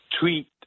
tweet